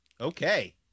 okay